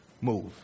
move